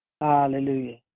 Hallelujah